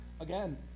Again